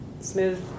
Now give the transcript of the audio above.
smooth